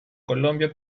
colombia